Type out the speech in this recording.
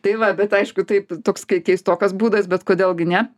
tai va bet aišku taip toks kei keistokas būdas bet kodėl gi ne